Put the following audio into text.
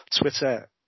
Twitter